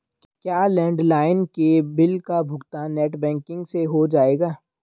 क्या लैंडलाइन के बिल का भुगतान नेट बैंकिंग से हो जाएगा?